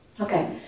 Okay